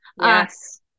yes